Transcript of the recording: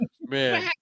Man